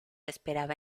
esperaba